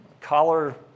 collar